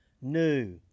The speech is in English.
new